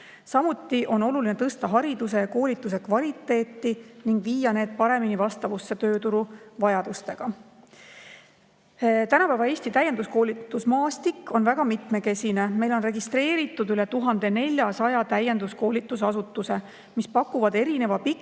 Samuti on oluline tõsta hariduse ja koolituse kvaliteeti ning viia need paremini vastavusse tööturu vajadustega. Tänapäeva Eesti täienduskoolitusmaastik on väga mitmekesine. Meil on registreeritud üle 1400 täienduskoolitusasutuse, mis pakuvad erineva pikkuse